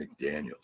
McDaniels